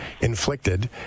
inflicted